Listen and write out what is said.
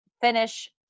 finish